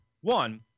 One